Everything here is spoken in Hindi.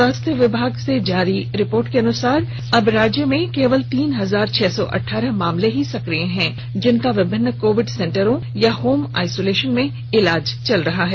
स्वास्थ्य विभाग से जारी रिपोर्ट के अनुसार अब राज्य में केवल तीन हजार छह सौ अठारह मामले ही सकिय हैं जिनका विभिन्न कोविड सेंटर या होम आइसोलेशन में इलाज चल रहा है